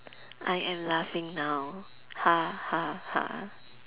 I am laughing now ha ha ha